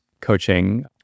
coaching